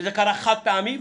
זה קרה חד פעמי,